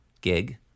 gig